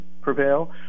prevail